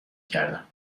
کردم